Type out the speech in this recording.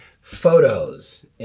photos